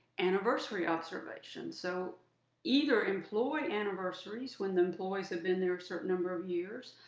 anniversary observations so either employee anniversaries, when the employees have been there a certain number of years,